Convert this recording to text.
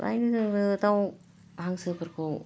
फ्रायनो जोङो दाउ हांसोफोरखौ